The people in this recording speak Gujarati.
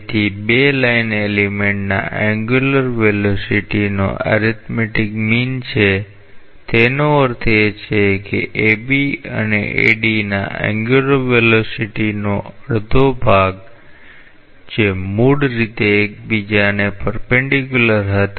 તેથી બે લાઈન એલિમેન્ટના એન્ગ્યુલર વેલોસીટીનો એરિથમેટિક મીન છે તેનો અર્થ એ છે કે AB અને AD ના એન્ગ્યુલર વેલોસીટીનો અડધો ભાગ જે મૂળ રીતે એકબીજાને લંબરૂપ હતા